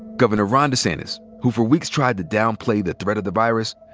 governor ron desantis, who for weeks tried to downplay the threat of the virus,